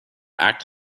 act